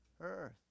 earth